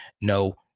no